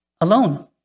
alone